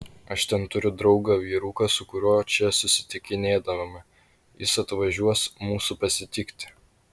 aš ten turiu draugą vyruką su kuriuo čia susitikinėdavome jis atvažiuos mūsų pasitikti